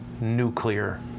nuclear